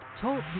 Talk